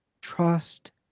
trust